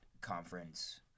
conference